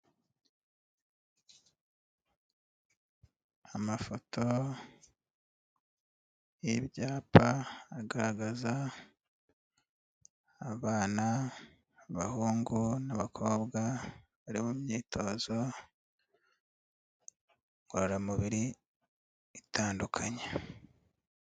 Amafoto y'ibyapa agaragaza abana b'abahungu n'abakobwa bari mu myitozo ngororamubiri itandukanye.